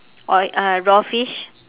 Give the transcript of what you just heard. oil uh raw fish